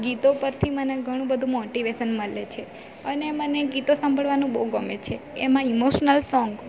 ગીતો પરથી મને ઘણું બધું મોટીવેશન મળે છે અને મને ગીતો સાંભળવાનું બહુ ગમે છે એમાં ઈમોશનલ સોંગ